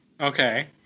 Okay